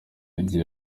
igihe